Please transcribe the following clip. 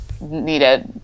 needed